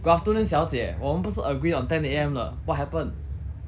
good afternoon 小姐我们不是 agree on ten A_M 了 what happen